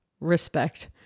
respect